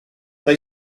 they